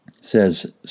says